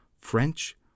French